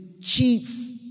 chief